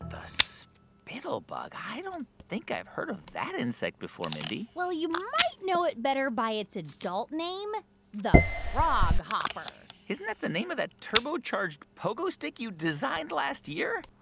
spittlebug i don't think i've heard of that insect before, mindy well, you might know it better by its adult name the froghopper isn't that the name of that turbo-charged pogo stick you designed last year?